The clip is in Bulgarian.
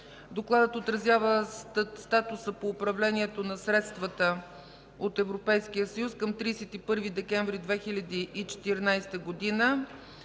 Докладът отразява статуса по управлението на средствата от Европейския съюз към 31 декември 2014 г.